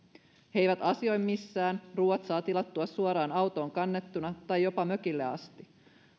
he eivät asioi missään ruoat saa tilattua suoraan autoon kannettuna tai jopa mökille asti